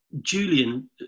Julian